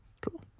Cool